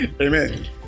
Amen